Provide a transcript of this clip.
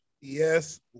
Yes